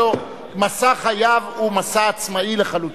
מסע חייו הוא מסע עצמאי לחלוטין.